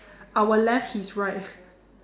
our left his right